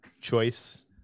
choice